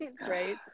Right